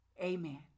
Amen